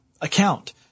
account